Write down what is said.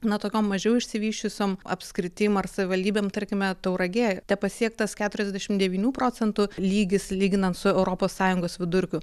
na tokiom mažiau išsivysčiusiom apskritim ar savivaldybėm tarkime tauragėj tepasiektas keturiasdešim devynių procentų lygis lyginant su europos sąjungos vidurkiu